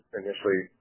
initially